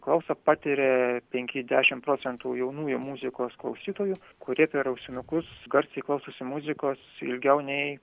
klausą patiria penki dešimt procentų jaunųjų muzikos klausytojų kurie per ausinukus garsiai klausosi muzikos ilgiau nei